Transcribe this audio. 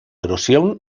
erosión